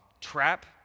trap